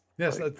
Yes